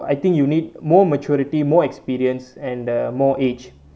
I think you need more maturity more experience and uh more age